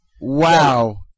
Wow